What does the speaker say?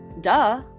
Duh